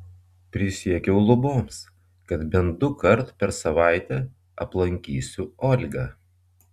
prisiekiau luboms kad bent dukart per savaitę aplankysiu olgą